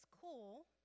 cool